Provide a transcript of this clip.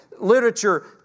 literature